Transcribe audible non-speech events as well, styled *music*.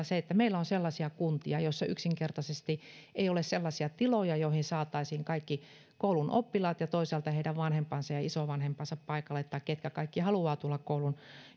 *unintelligible* se että meillä on sellaisia kuntia joissa yksinkertaisesti ei ole sellaisia tiloja joihin saataisiin kaikki koulun oppilaat ja toisaalta heidän vanhempansa ja isovanhempansa tai ketkä kaikki haluavat tulla paikalle koulun